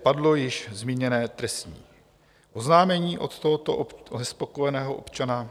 Padlo již zmíněné trestní oznámení od tohoto nespokojeného občana.